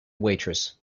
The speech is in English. waitress